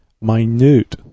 minute